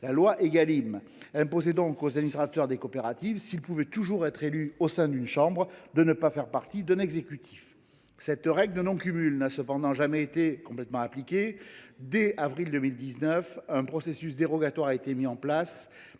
La loi Égalim imposait donc aux administrateurs des coopératives, s’ils pouvaient toujours être élus au sein d’une chambre, de ne pas faire partie d’un exécutif. Cette règle de non cumul n’a cependant jamais été appliquée. Dès avril 2019, un processus dérogatoire a été mis en place